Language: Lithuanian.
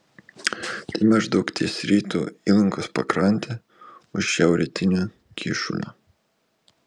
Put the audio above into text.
tai maždaug ties rytų įlankos pakrante už šiaurrytinio kyšulio